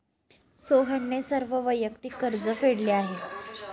सोहनने सर्व वैयक्तिक कर्ज फेडले आहे